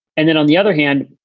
and then on the other hand,